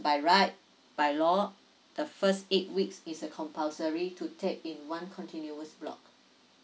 by right by law the first eight weeks is a compulsory to take in one continues block